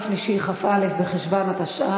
תודה רבה, אדוני השר.